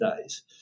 days